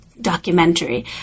documentary